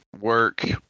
work